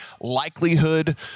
likelihood